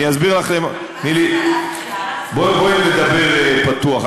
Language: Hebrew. בואי נדבר פתוח.